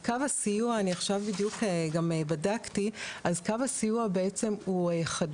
אני בדיוק בדקתי, אז קו הסיוע הוא בעצם חדש.